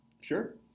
Sure